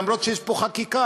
למרות שיש פה חקיקה,